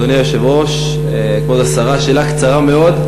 אדוני היושב-ראש, כבוד השרה, שאלה קצרה מאוד.